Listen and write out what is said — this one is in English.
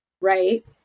Right